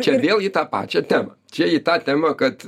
čia vėl į tą pačią temą čia į tą temą kad